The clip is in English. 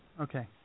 Okay